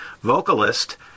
vocalist